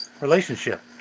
relationship